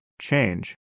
change